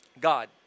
God